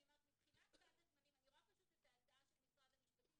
אני אומרת: מבחינת סד הזמנים אני רואה את ההצעה של משרד המשפטים,